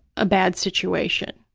ah bad situation,